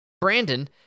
Brandon